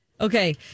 Okay